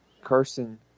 Carson